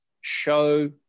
show